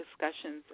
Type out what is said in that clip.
discussions